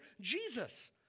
Jesus